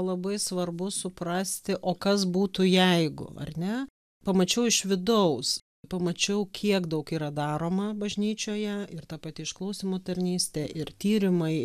labai svarbu suprasti o kas būtų jeigu ar ne pamačiau iš vidaus pamačiau kiek daug yra daroma bažnyčioje ir ta pati išklausymo tarnystė ir tyrimai